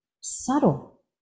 Subtle